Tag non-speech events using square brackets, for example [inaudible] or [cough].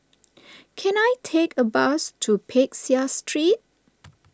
can I take a bus to Peck Seah Street [noise]